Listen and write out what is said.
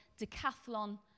decathlon